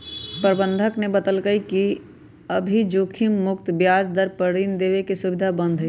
प्रबंधक ने बतल कई कि अभी जोखिम मुक्त ब्याज दर पर ऋण देवे के सुविधा बंद हई